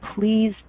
please